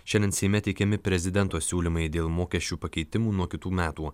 šiandien seime teikiami prezidento siūlymai dėl mokesčių pakeitimų nuo kitų metų